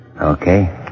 Okay